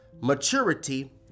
maturity